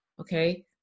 Okay